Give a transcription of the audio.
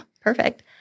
perfect